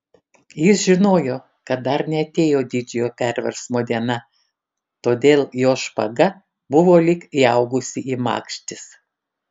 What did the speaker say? jis žinojo kad dar neatėjo didžiojo perversmo diena todėl jo špaga buvo lyg įaugusi į makštis